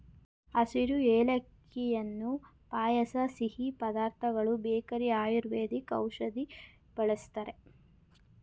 ಹಸಿರು ಏಲಕ್ಕಿಯನ್ನು ಪಾಯಸ ಸಿಹಿ ಪದಾರ್ಥಗಳು ಬೇಕರಿ ಆಯುರ್ವೇದಿಕ್ ಔಷಧಿ ಬಳ್ಸತ್ತರೆ